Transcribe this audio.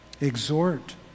exhort